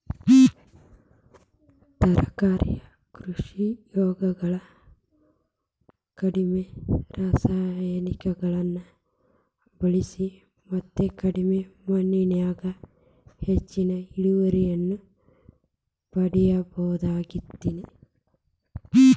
ತರಕಾರಿ ಕೃಷಿಯೊಳಗ ಕಡಿಮಿ ರಾಸಾಯನಿಕಗಳನ್ನ ಬಳಿಸಿ ಮತ್ತ ಕಡಿಮಿ ಮಣ್ಣಿನ್ಯಾಗ ಹೆಚ್ಚಿನ ಇಳುವರಿಯನ್ನ ಪಡಿಬೋದಾಗೇತಿ